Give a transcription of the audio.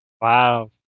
wow